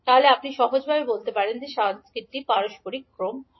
সুতরাং আপনি সহজভাবে বলতে পারেন যে এই সার্কিটটি পারস্পরিক ক্রম হয়